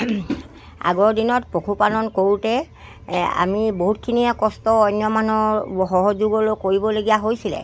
আগৰ দিনত পশুপালন কৰোঁতে আমি বহুতখিনিয়ে কষ্ট অন্যমানৰ সহযোগলৈ কৰিবলগীয়া হৈছিলে